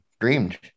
dreamed